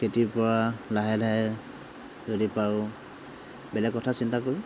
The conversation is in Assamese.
খেতিৰ পৰা লাহে লাহে যদি পাৰোঁ বেলেগ কথা চিন্তা কৰিম